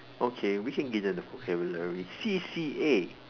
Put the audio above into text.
okay we can give them the vocabulary C_C_A